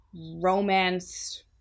romance